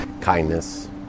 Kindness